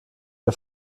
ihr